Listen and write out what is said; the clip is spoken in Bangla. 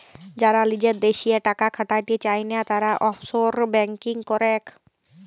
যারা লিজের দ্যাশে টাকা খাটাতে চায়না, তারা অফশোর ব্যাঙ্কিং করেক